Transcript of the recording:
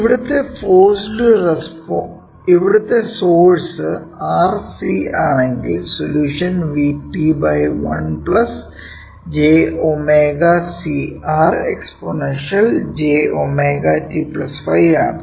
ഇവിടുത്തെ source R C ആണെങ്കിൽ solution V p 1 j ω c R exponential jω t ϕ ആണ്